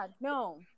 no